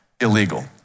illegal